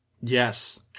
Yes